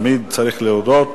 תמיד צריך להודות.